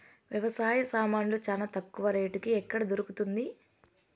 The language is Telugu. వ్యవసాయ సామాన్లు చానా తక్కువ రేటుకి ఎక్కడ దొరుకుతుంది?